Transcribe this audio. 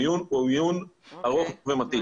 המיון הוא מיון ארוך ומתיש.